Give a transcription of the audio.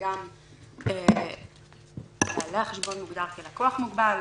וגם בעלי חשבון מוגדר כלקוח מוגבל,